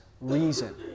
reason